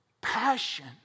passion